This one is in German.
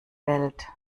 welt